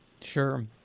Sure